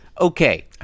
okay